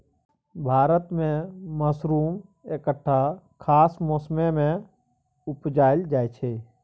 भारत मे मसरुम एकटा खास मौसमे मे उपजाएल जाइ छै